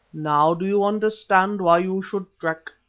now do you understand why you should trek?